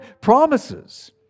promises